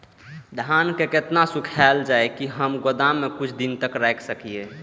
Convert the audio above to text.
धान के केतना सुखायल जाय की हम गोदाम में कुछ दिन तक रख सकिए?